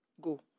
Go